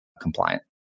compliant